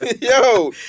Yo